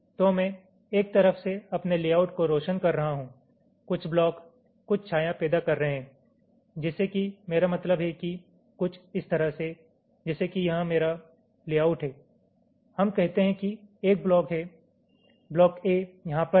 तो मैं एक तरफ से अपने लेआउट को रोशन कर रहा हूं कुछ ब्लॉक कुछ छाया पैदा कर रहे हैं जैसे कि मेरा मतलब है कि कुछ इस तरह से जैसे कि यहां मेरा लेआउट है हम कहते हैं कि एक ब्लॉक है ब्लॉक A यहां पर हैं